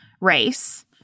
race